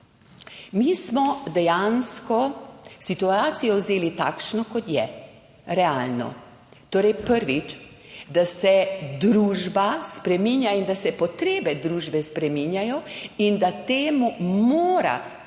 Mi smo dejansko situacijo vzeli takšno, kot je realno. Torej prvič, da se družba spreminja in da se potrebe družbe spreminjajo in da temu mora slediti